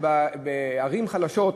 שבערים חלשות,